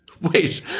Wait